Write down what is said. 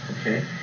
okay